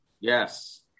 Yes